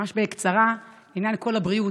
ממש בקצרה, לעניין קול הבריאות,